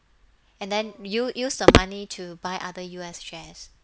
and then u~ use the money to buy other U_S shares